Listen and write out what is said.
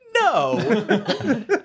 No